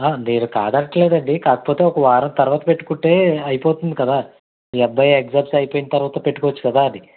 నేను కాదనట్లేదండి కాకపోతే ఒక వారం తరవాత పెట్టుకుంటే అయిపోతుంది కదా మీ అబ్బాయి ఎగ్జామ్స్ అయిపోయిన తర్వాత పెట్టుకోవచ్చు కదా అది